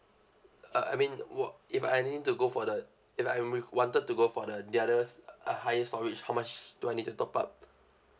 uh I mean wha~ if I need to go for the if I nee~ wanted to go for the the others a higher storage how much do I need to top up